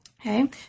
Okay